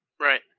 Right